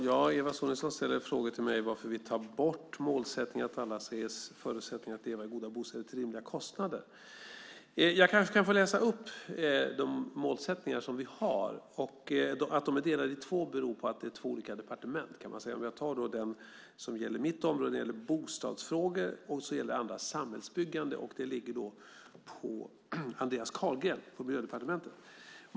Herr talman! Eva Sonidsson frågar mig varför vi tar bort målet att alla ska ges förutsättningar att leva i goda bostäder till rimliga kostnader. Jag ska läsa upp de mål vi har. De är delade i två eftersom det rör två departement. Det ena är mitt område som gäller bostadsfrågor och det andra är samhällsbyggande, det vill säga hos Andreas Carlgren på Miljödepartementet.